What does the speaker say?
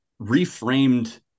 reframed